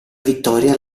vittoria